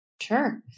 Sure